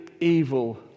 evil